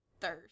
thirst